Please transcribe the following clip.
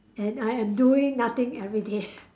and I am doing nothing everyday